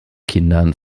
kindern